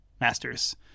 masters